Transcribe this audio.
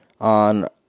on